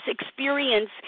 experience